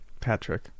Patrick